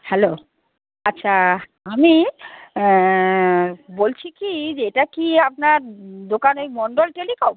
hello আচ্ছা আমি বলছি কি যে এটা কি আপনার দোকান ওই মন্ডল টেলিকম